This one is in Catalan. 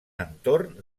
entorn